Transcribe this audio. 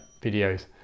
videos